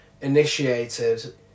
initiated